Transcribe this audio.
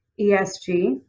ESG